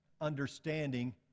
understanding